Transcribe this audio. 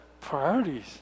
priorities